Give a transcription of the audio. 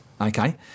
okay